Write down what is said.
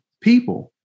people